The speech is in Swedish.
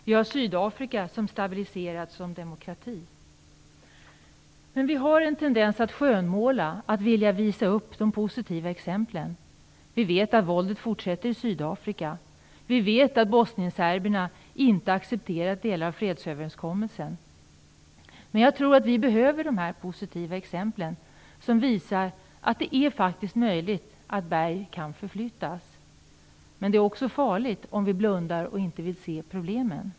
Vi har Sydafrika som stabiliseras som demokrati. Men vi har en tendens att skönmåla och vilja visa upp de positiva exemplen. Vi vet att våldet fortsätter i Sydafrika. Vi vet att bosnienserberna inte accepterat delar av fredsöverenskommelsen. Jag tror att vi behöver ha dessa positiva exempel, som visar att det faktiskt är möjligt att berg förflyttas. Men det är farligt att blunda och inte vilja se problemen.